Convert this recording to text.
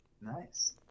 Nice